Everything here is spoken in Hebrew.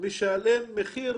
משלם מחיר